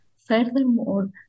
Furthermore